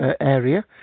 area